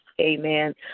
Amen